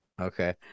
Okay